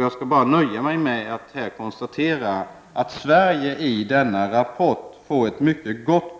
Jag nöjer mig med att här konstatera att Sverige i denna studie får ett mycket gott